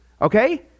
okay